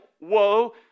woe